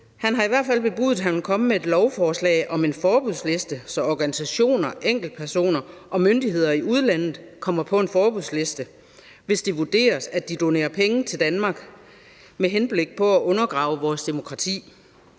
Han har i hvert fald bebudet, at han vil komme med et lovforslag om en forbudsliste, så organisationer, enkeltpersoner og myndigheder i udlandet kommer på en forbudsliste, hvis det vurderes, at de donerer penge til Danmark med henblik på at undergrave vores demokrati